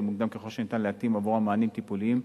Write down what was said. מוקדם ככל שניתן ולהתאים עבורן מענים טיפוליים,